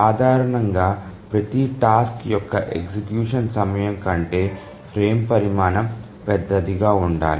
సాధారణంగా ప్రతి టాస్క్ యొక్క ఎగ్జిక్యూషన్ సమయం కంటే ఫ్రేమ్ పరిమాణం పెద్దదిగా ఉండాలి